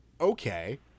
Okay